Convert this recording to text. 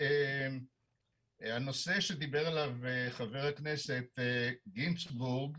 גם הנושא שדיבר עליו חבר הכנסת גינזבורג,